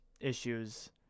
issues